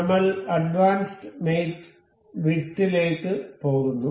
നമ്മൾ അഡ്വാൻസ് മേറ്റ് വിഡ്ത്തിലേക്കു പോകുന്നു